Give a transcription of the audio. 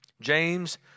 James